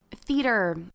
theater